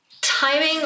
Timing